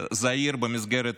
זעיר במסגרת